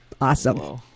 awesome